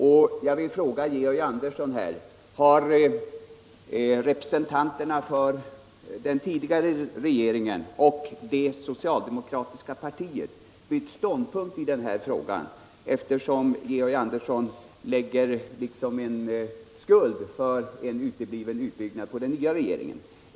Jag vill ställa en konkret fråga till Georg Andersson: Har representanterna för den tidigare regeringen och det socialdemokratiska partiet bytt ståndpunkt i den här frågan, eftersom Georg Andersson lägger skulden för en utebliven utbyggnad på den nya regeringen?